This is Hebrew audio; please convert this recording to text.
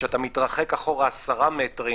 כשאתה מתרחק אמורה עשרה מטרים,